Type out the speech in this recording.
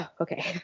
okay